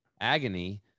agony